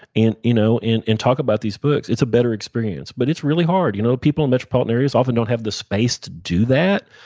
and you know and talk about these books, it's a better experience, but it's really hard. you know people in metropolitan areas often don't have the space to do that.